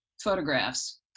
photographs